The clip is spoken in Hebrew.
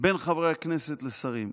בין חברי הכנסת לשרים.